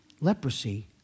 leprosy